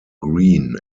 green